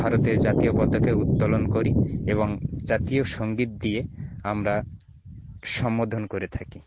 ভারতের জাতীয় পতকায় উত্তোলন করি এবং জাতীয় সঙ্গীত দিয়ে আমরা সম্বোধন করে থাকি